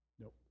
Nope